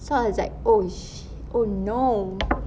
so I was like oh sh~ oh no